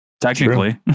Technically